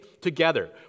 together